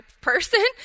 person